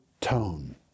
tone